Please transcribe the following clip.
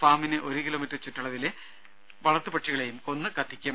ഫാമിന് ഒരു കിലോമീറ്റർ ചുറ്റളവിലെ വളർത്തു പക്ഷികളെയും കൊന്ന് കത്തിക്കും